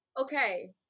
okay